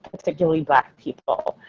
particularly black people.